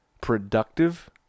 productive